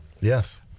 Yes